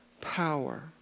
power